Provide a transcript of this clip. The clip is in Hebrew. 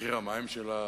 מחיר המים שלה